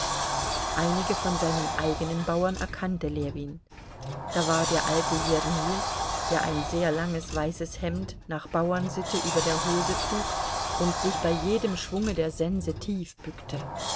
einige von seinen eigenen bauern erkannte ljewin da war der alte jermil der ein sehr langes weißes hemd nach bauernsitte über der hose trug und sich bei jedem schwunge der sense tief bückte